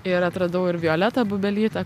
ir atradau ir violetą bubelytę